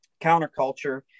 counterculture